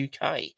UK